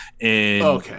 Okay